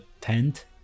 tent